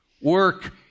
work